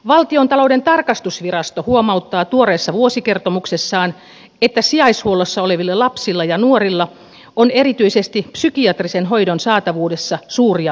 valtiontalouden tarkastusvirasto huomauttaa tuoreessa vuosikertomuksessaan että sijaishuollossa olevilla lapsilla ja nuorilla on erityisesti psykiatrisen hoidon saatavuudessa suuria puutteita